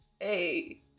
hey